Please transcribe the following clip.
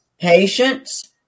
patience